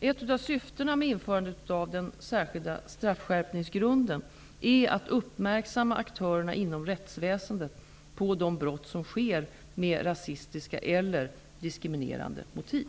Ett av syftena med införandet av den särskilda straffskärpningsgrunden är att uppmärksamma aktörerna inom rättsväsendet på de brott som sker med rasistiska eller diskriminerande motiv.